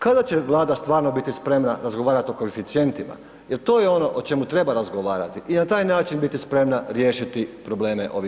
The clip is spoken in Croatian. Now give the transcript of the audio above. Kada će Vlada stvarno biti spremna razgovarati o koeficijentima jel to je ono o čemu treba razgovarati i na taj način biti spremna riješiti probleme ovih